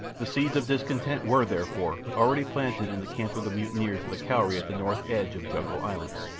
the seeds of discontent were, therefore, already planted in the camp of the mutineers of the cowrie at the north edge of jungle island.